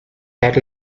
that